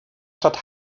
stadt